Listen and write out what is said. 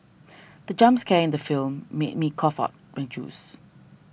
the jump scare in the film made me cough out my juice